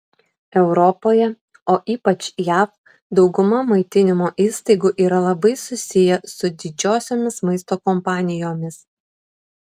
europoje o ypač jav dauguma maitinimo įstaigų yra labai susiję su didžiosiomis maisto kompanijomis